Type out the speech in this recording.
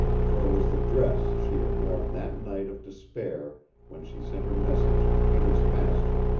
for it was the dress she had worn that night of despair when she sent her message to peter's master,